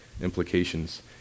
implications